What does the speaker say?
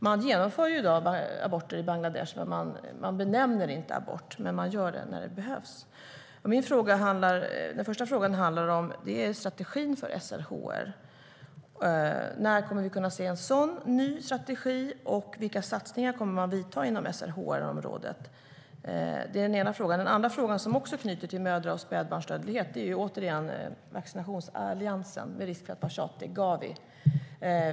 Man genomför i dag aborter i Bangladesh, även om man inte benämner det som abort. Men man gör det när det behövs. Min andra fråga som också anknyter till mödra och spädbarnsdödlighet handlar, med risk för att vara tjatig, återigen om vaccinationsalliansen Gavi.